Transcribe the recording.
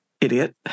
Idiot